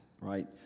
right